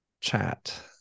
chat